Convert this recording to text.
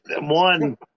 one